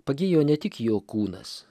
pagijo ne tik jo kūnas